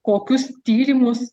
kokius tyrimus